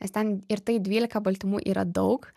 nes ten ir tai dvylika baltymų yra daug